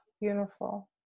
beautiful